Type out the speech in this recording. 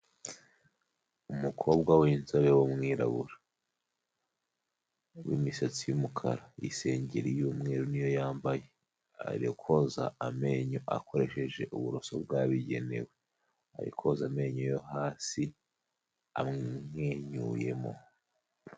Umukobwa w'inzobe w'umwirabura w'imisatsi y'umukara isengeri y'umweru niyo yambaye ari koza amenyo akoresheje uburoso bwabigenewe, ari koza amenyo yo hasi amwenyuyemo.